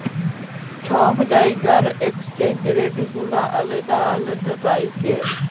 ছব জায়গার exchange rate গুলা আলেদা আলেদা থ্যাকে